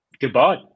Goodbye